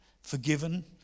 forgiven